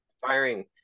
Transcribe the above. firing